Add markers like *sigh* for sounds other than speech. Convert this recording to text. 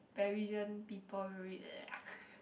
Parisian people read *noise*